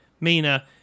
Mina